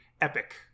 epic